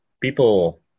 people